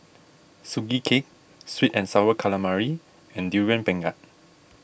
Sugee Cake Sweet and Sour Calamari and Durian Pengat